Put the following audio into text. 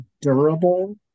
durable